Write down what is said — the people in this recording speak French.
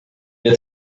est